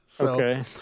Okay